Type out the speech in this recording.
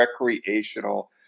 recreational